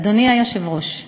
אדוני היושב-ראש,